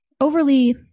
overly